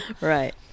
right